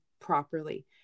properly